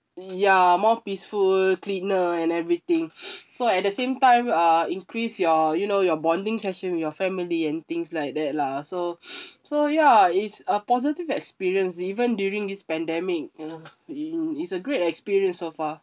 ya more peaceful cleaner and everything so at the same time uh increase your you know your bonding session with your family and things like that lah so so ya it's a positive experience even during this pandemic uh in it's a great experience so far